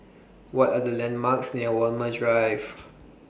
What Are The landmarks near Walmer Drive